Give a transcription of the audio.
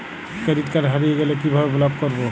Credit card হারিয়ে গেলে কি ভাবে ব্লক করবো?